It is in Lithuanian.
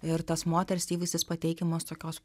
ir tas moters įvaizdis pateikiamas tokios